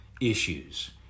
issues